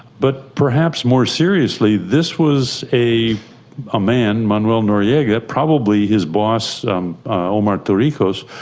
but perhaps more seriously this was a ah man, manuel noriega, probably his boss omar torrijos,